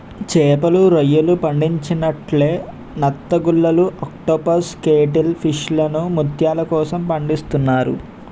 చేపలు, రొయ్యలు పండించినట్లే నత్తగుల్లలు ఆక్టోపస్ కేటిల్ ఫిష్లను ముత్యాల కోసం పండిస్తున్నారు